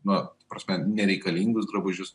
nu ta prasme nereikalingus drabužius